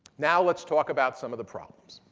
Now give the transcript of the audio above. now, let's talk about some of the problems.